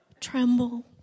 tremble